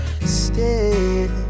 Stay